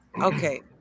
Okay